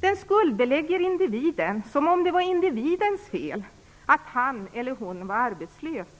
Den skuldbelägger individen, som om det var individens eget fel att han eller hon var arbetslös.